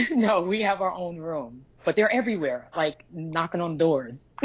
no, we have our own room. but they're everywhere, like knocking on doors.